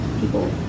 people